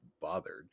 bothered